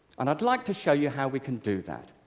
and i'd like to show you how we can do that.